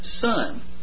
son